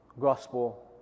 gospel